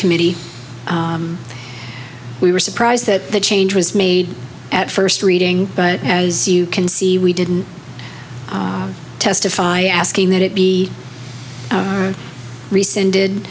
committee we were surprised that the change was made at first reading but as you can see we didn't testify asking that it be rescinded